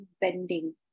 bending